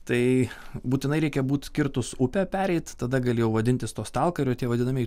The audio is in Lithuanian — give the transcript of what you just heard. tai būtinai reikia būt kirtus upę pereit tada gali jau vadintis tuo stalkeriu tie vadinami